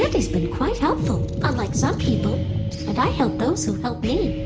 andi's been quite helpful, unlike some people. and i help those who help me